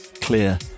Clear